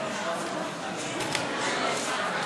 של חברי הכנסת מאיר כהן וקארין